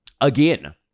Again